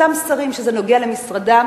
אותם שרים שזה נוגע למשרדם,